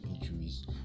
injuries